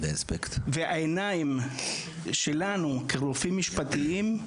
והעיניים שלנו כרופאים משפטיים,